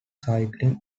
cycling